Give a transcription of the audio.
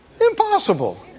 Impossible